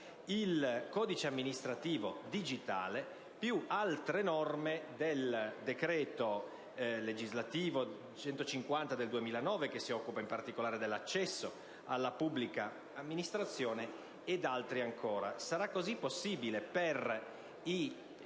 il codice amministrativo digitale, più altre norme del decreto legislativo n. 150 del 2009, che si occupa in particolare dell'accesso alla pubblica amministrazione, ed altri ancora. Sarà così possibile per i